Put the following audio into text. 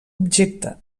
objecte